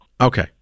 Okay